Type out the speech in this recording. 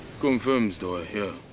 confirms they were here.